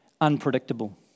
unpredictable